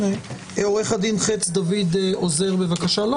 אדוני, עורך הדין חץ-דוד עוזר, בבקשה.